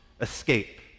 escape